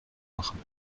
machen